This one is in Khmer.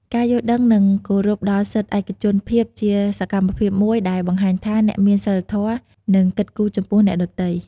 ការយល់ដឹងនិងគោរពដល់សិទ្ធិឯកជនភាពជាសកម្មភាពមួយដែលបង្ហាញថា អ្នកមានសីលធម៌ និងគិតគូរចំពោះអ្នកដទៃ។